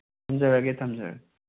ꯊꯝꯖꯔꯒꯦ ꯊꯝꯖꯔꯦ